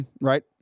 right